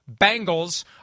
Bengals